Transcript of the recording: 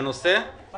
כל